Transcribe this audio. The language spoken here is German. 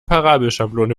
parabelschablone